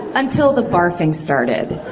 until the barfing started.